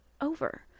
over